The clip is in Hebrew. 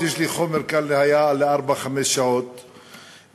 יש לי חומר כאן לארבע-חמש שעות לפחות,